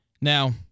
Now